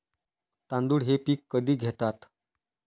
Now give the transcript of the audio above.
तांदूळ हे पीक कधी घेतात?